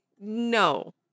no